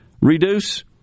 reduce